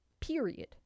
period